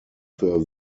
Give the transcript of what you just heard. für